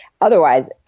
otherwise